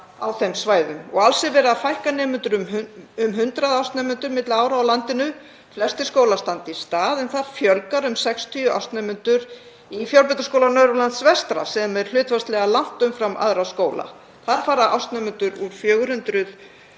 á þeim svæðum. Alls er verið að fækka nemendum um 100 ársnemendur milli ára á landinu. Flestir skólar standa í stað en það fjölgar um 60 ársnemendur í Fjölbrautaskóla Norðurlands vestra sem er hlutfallslega langt umfram aðra skóla. Þar fara ársnemendur úr 400